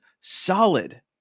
solid